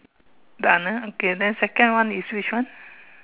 done ah okay then second one is which one